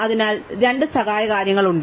അതിനാൽ ഞങ്ങൾക്ക് രണ്ട് സഹായ കാര്യങ്ങൾ ഉണ്ട്